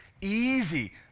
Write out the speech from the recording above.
easy